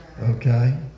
Okay